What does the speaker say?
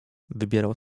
wybierał